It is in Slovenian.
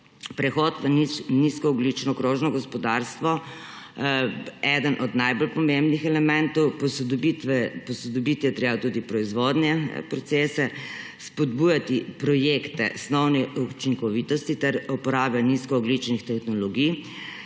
prehod na nizkoogljično krožno gospodarstvo eden od najbolj pomembnih elementov, posodobiti je treba tudi proizvodne procese, spodbujati projekte osnovne učinkovitosti ter uporabe nizkoogljičnih tehnologij